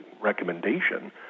recommendation